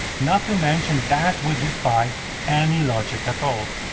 not to mention that would defy any logic at all.